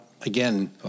again